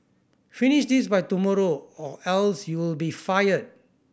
finish this by tomorrow or else you'll be fired